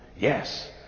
Yes